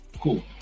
Cool